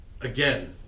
again